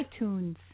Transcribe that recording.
iTunes